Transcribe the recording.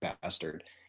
bastard